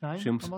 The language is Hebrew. שניים, אמרת?